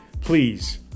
please